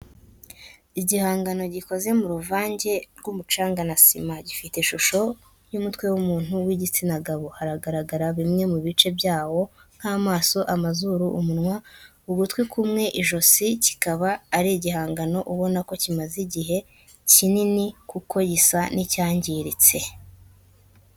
Igihangano gikoze mu ruvange rw'umucanga na sima gifite ishusho y'umutwe w'umuntu w'igitsina gabo hagaragara bimwe mu bice byawo nk'amaso amazuru, umunwa ugutwi kumwe, ijosi, kikaba ari igihangano ubona ko kimaze igihe kinini kuko gisa n'icyangiritse